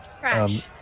Crash